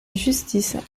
justice